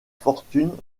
fortune